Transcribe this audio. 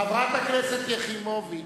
חברת הכנסת יחימוביץ.